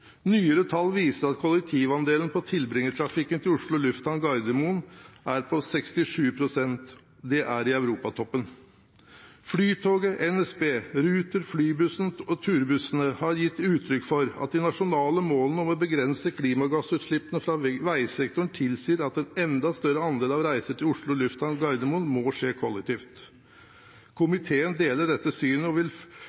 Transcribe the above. Nyere tall viser at kollektivandelen på tilbringertrafikken til Oslo Lufthavn Gardermoen er på 67 pst. – det er i europatoppen. Flytoget, NSB, Ruter, flybussene og turbussene har gitt uttrykk for at de nasjonale målene om å begrense klimagassutslippene fra veisektoren tilsier at en enda større andel av reisene til Oslo Lufthavn Gardermoen må skje kollektivt. Komiteen deler dette synet og vil